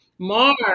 Mar